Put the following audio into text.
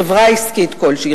חברה עסקית כלשהי,